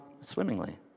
swimmingly